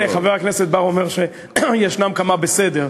הנה, חבר הכנסת בר אומר שישנם כמה בסדר.